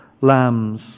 lambs